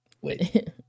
Wait